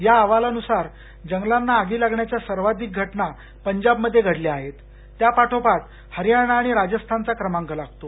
त्यानुसार जंगलांना आगी लागण्याच्या सर्वाधिक घटना पंजाब मध्ये घडल्या आहेत त्यापाठोपाठ हरियाणा आणि राजस्थानचा क्रमांक लागतो